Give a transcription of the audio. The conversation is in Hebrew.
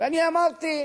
ואני אמרתי,